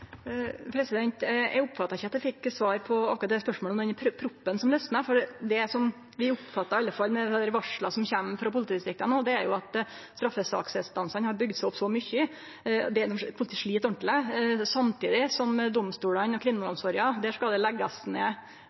Eg oppfatta ikkje at eg fekk svar på akkurat spørsmålet om denne proppen som losnar, for det i alle fall vi oppfattar når vi høyrer dei varsla som no kjem frå politidistrikta, er at straffesaksrestansane har bygd seg opp mykje – politiet slit ordentleg – samtidig som det skal leggjast ned både domstolar og